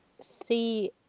see